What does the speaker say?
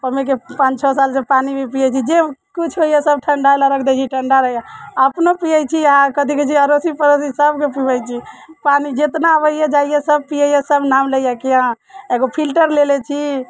ओहिमेके पान छओ साल से पानि भी पियैत छी जे किछु होइया सभ ठण्डा लऽ रख दय छी ठण्डा रहैया अपनो पियैत छी आ कथि कहै छै अड़ोसी पड़ोसी सभके पिबैत छी पानि जेतना अबैया जाइया सभ पियैया सभ नाम लैया किए एगो फिल्टर लेले छी